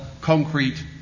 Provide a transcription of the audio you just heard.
concrete